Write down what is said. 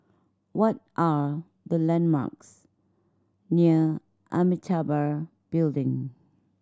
what are the landmarks near Amitabha Building